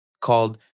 called